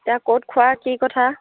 এতিয়া ক'ত খোৱা কি কথা